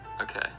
okay